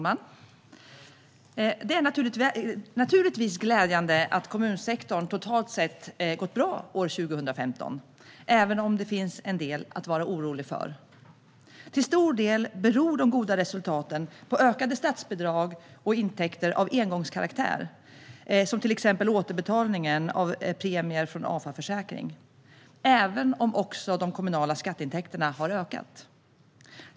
Herr talman! Det är naturligtvis glädjande att kommunsektorn totalt sett har gått bra år 2015, även om det finns en del att vara orolig för. Till stor del beror de goda resultaten på ökade statsbidrag och intäkter av engångskaraktär, till exempel återbetalningen av premier från Afa Försäkring, även om också de kommunala skatteintäkterna har ökat.